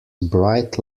bright